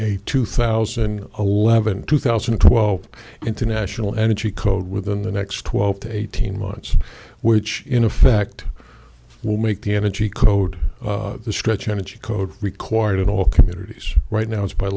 a two thousand eleventh two thousand and twelve international energy code within the next twelve to eighteen months which in effect will make the energy code the stretch energy code required in all communities right now it's by